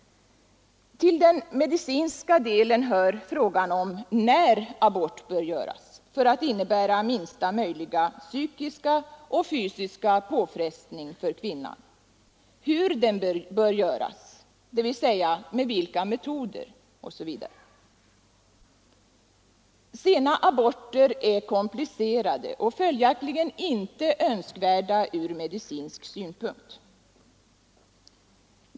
Till den medicinska delen hör frågan om när abort bör göras för att innebära minsta möjliga psykiska och fysiska påfrestning för kvinnan, hur den bör göras, dvs. med vilka metoder osv. Sena aborter är komplicerade och följaktligen inte önskvärda från medicinsk synpunkt.